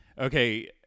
okay